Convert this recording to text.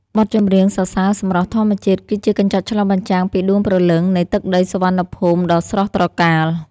បទចម្រៀងសរសើរសម្រស់ធម្មជាតិ គឺជាកញ្ចក់ឆ្លុះបញ្ចាំងពីដួងព្រលឹងនៃទឹកដីសុវណ្ណភូមិដ៏ស្រស់ត្រកាល។